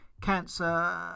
Cancer